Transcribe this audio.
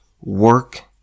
work